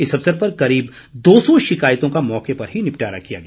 इस अवसर पर करीब दो सौ शिकायतों का मौके पर ही निपटारा किया गया